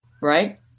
right